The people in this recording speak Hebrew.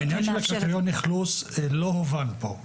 העניין של הקריטריון אכלוס לא הובן פה,